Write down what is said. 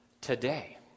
today